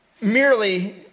merely